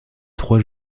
trois